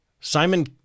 Simon